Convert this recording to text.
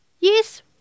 yes